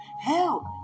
help